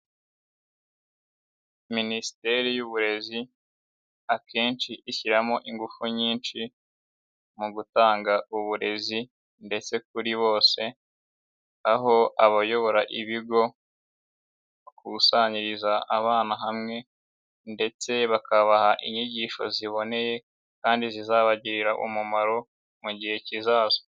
Minisiteri y'uburezi akenshi ishyiramo ingufu nyinshi mu gutanga uburezi ndetse kuri bose aho abayobora ibigo bakusanyiriza abana hamwe ndetse bakabaha inyigisho ziboneye kandi zizabagirira umumaro mu gihe kizaza.